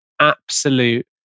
absolute